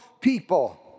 people